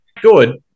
good